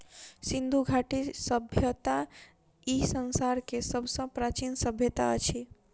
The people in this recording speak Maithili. सिंधु घाटी सभय्ता ई संसार के सब सॅ प्राचीन सभय्ता अछि